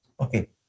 Okay